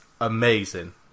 amazing